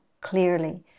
clearly